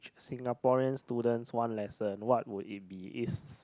Singaporean students one lesson what would it be is